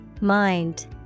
Mind